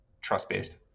trust-based